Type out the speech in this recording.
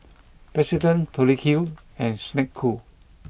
President Tori Q and Snek Ku